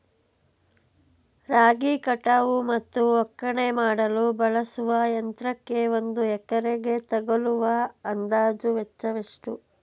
ರಾಗಿ ಕಟಾವು ಮತ್ತು ಒಕ್ಕಣೆ ಮಾಡಲು ಬಳಸುವ ಯಂತ್ರಕ್ಕೆ ಒಂದು ಎಕರೆಗೆ ತಗಲುವ ಅಂದಾಜು ವೆಚ್ಚ ಎಷ್ಟು?